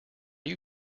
you